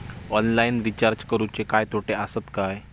Online recharge करुचे काय तोटे आसत काय?